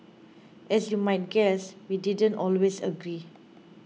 as you might guess we didn't always agree